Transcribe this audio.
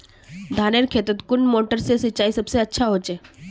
धानेर खेतोत कुन मोटर से सिंचाई सबसे अच्छा होचए?